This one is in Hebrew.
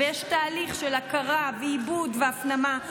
ויש תהליך של הכרה ועיבוד והפנמה.